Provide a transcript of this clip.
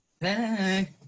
Hey